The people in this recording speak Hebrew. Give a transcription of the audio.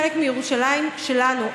חלק מירושלים שלנו,